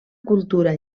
cultura